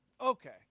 Okay